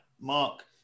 mark